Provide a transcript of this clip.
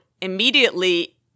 immediately